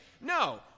No